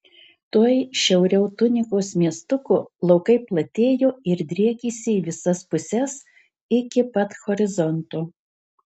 tuoj šiauriau tunikos miestuko laukai platėjo ir driekėsi į visas puses iki pat horizonto